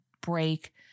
break